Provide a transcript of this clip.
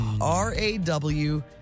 R-A-W